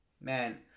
Man